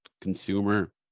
consumer